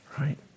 right